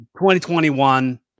2021